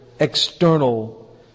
External